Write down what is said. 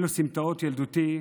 אלה סמטאות ילדותי.